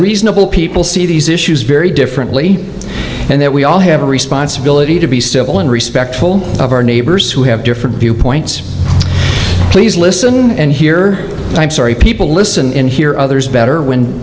reasonable people see these issues very differently and that we all have a responsibility to be civil and respectful of our neighbors who have different viewpoints please listen and hear people listen in hear others better when